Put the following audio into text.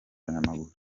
abanyamaguru